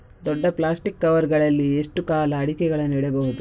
ದೊಡ್ಡ plastic cover ಗಳಲ್ಲಿ ಎಷ್ಟು ಕಾಲ ಅಡಿಕೆಗಳನ್ನು ಇಡಬಹುದು?